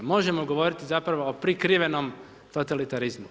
Možemo govoriti zapravo o prikrivenom totalitarizmu.